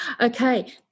okay